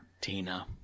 Tina